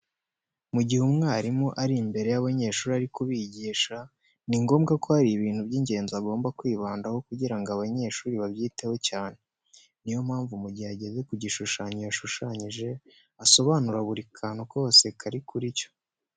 Mu gihe umwarimu ari imbere y'abanyeshuri ari kubigisha ni ngombwa ko hari ibintu by'ingenzi agomba kwibandaho kugira ngo abanyeshuri babyiteho cyane. Niyo mpamvu mu gihe ageze ku gishushanyo yashushanyije asobanura buri kantu kose kari kuri cyo.